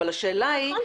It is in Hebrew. נכון,